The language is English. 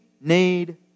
need